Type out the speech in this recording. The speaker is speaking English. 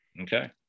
Okay